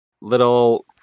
little